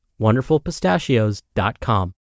wonderfulpistachios.com